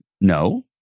no